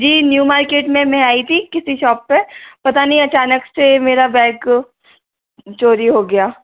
जी new market में मैं आई थी किसी शॉप पर पता नहीं अचानक से मेरा बैग चोरी हो गया